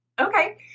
Okay